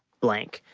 blank.